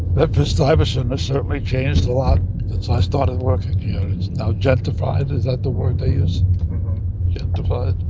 bedford-stuyvesant has certainly changed a lot since i started working here. it's now gentrified. is that the word they use gentrified?